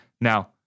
Now